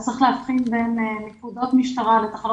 צריך להבחין בין נקודות משטרה לתחנות